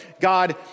God